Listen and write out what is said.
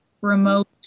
remote